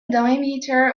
diameter